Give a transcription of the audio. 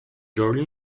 jordan